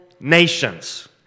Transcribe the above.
nations